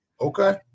Okay